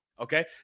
okay